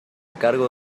cargo